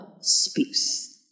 speaks